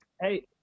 Hey